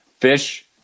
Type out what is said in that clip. fish